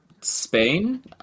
Spain